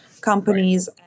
companies